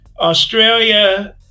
Australia